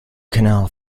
canal